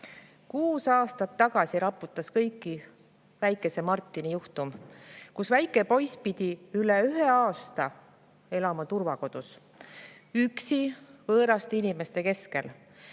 aastat tagasi raputas kõiki väikese Martini juhtum, kus väike poiss pidi üle ühe aasta elama turvakodus, üksi võõraste inimeste keskel.